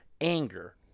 Anger